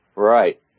Right